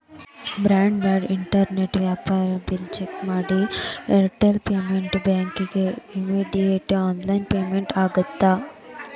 broad band internet wifi bill check ಮಾಡಿ Airtel payment ಬ್ಯಾಂಕಿಗಿ immediate online payment ಆಗತ್ತಾ